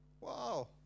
Wow